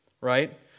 right